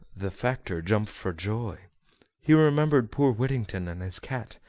the factor jumped for joy he remembered poor whittington and his cat,